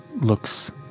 looks